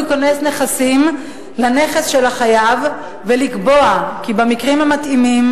כונס נכסים לנכס של החייב ולקבוע כי במקרים המתאימים